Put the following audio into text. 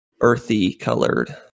earthy-colored